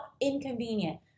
inconvenient